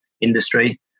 industry